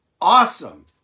Awesome